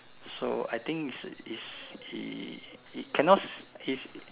so I think is is he he cannot his